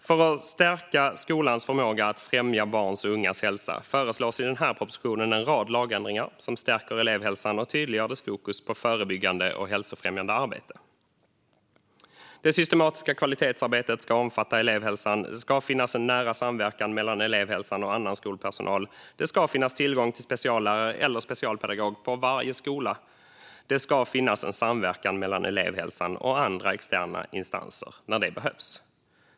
För att stärka skolans förmåga att främja barns och ungas hälsa föreslås i den här propositionen en rad lagändringar som stärker elevhälsan och tydliggör dess fokus på förebyggande och hälsofrämjande arbete. Det systematiska kvalitetsarbetet ska omfatta elevhälsan, det ska finnas en nära samverkan mellan elevhälsan och annan skolpersonal, det ska finnas tillgång till speciallärare eller specialpedagog på varje skola och det ska finnas en samverkan mellan elevhälsan och andra externa instanser när det behövs.